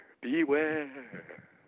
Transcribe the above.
beware